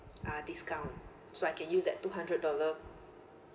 uh discount so I can use that two hundred dollar